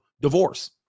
divorce